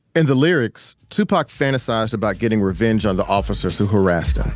and the lyrics, tupac fantasized about getting revenge on the officers who harassed